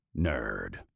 nerd